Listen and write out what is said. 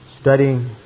studying